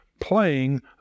playing